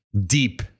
Deep